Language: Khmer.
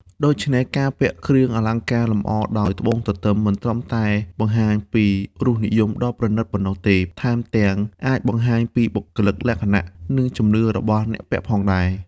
ដូច្នេះ ការពាក់គ្រឿងអលង្ការលម្អដោយត្បូងទទឹមមិនត្រឹមតែបង្ហាញពីរសនិយមដ៏ប្រណិតប៉ុណ្ណោះទេ ថែមទាំងអាចបង្ហាញពីបុគ្គលិកលក្ខណៈ និងជំនឿរបស់អ្នកពាក់ផងដែរ។